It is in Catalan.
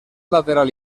lateral